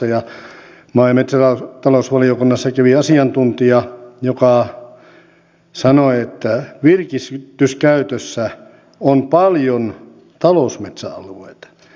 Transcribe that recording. maa ja metsätalousvaliokunnassa kävi asiantuntija joka sanoi että virkistyskäytössä on paljon talousmetsäalueita